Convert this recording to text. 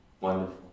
Wonderful